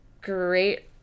great